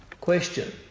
Question